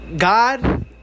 God